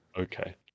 okay